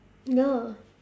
ya